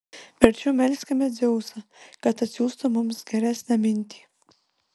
verčiau melskime dzeusą kad atsiųstų mums geresnę mintį